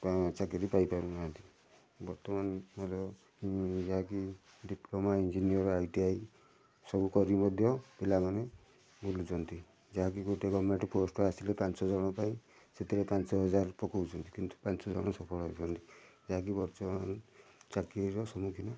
ଚାକିରି ପାଇପାରୁନାହାଁନ୍ତି ବର୍ତ୍ତମାନ ମୋର ଯାହାକି diploma engineer I T I ସବୁ କରି ମଧ୍ୟ ପିଲାମାନେ ବୁଲୁଛନ୍ତି ଯାହାକି ଗୋଟେ ଗଭର୍ଣ୍ଣମେଣ୍ଟ ପୋଷ୍ଟ ଆସିଲେ ପାଞ୍ଚ ଜଣ ପାଇଁ ସେଥିରେ ପାଞ୍ଚ ହଜାର ପକାଉଛନ୍ତି କିନ୍ତୁ ପାଞ୍ଚଜଣ ସଫଳ ହେଉଛନ୍ତି ଯାହାକି ବର୍ତ୍ତମାନ ଚାକିରିର ସମ୍ମୁଖୀନ